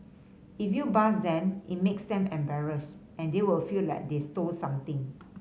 if you buzz them it makes them embarrassed and they will feel like they stole something